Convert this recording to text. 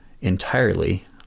entirely